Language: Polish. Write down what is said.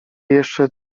jeszcze